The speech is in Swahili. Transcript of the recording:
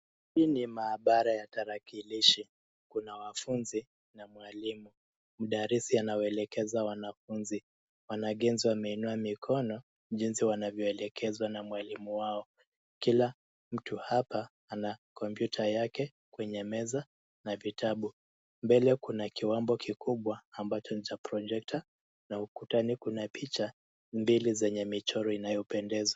Hii ni maabara ya tarakilishi. Kuna wafunzi na mwalimu. Mdarisi anawaelekeza wanafunzi. Wanagenzi wameinua mikono, jinsi wanavyoelekezwa na mwalimu wao. Kila mtu hapa ana kompyuta yake kwenye meza na vitabu. Mbele kuna kiwambo kikubwa ambacho ni cha projekta na ukutani kuna picha mbili zenye michoro inayopendeza.